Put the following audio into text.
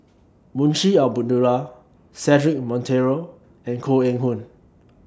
Munshi Abdullah Cedric Monteiro and Koh Eng Hoon